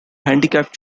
handicapped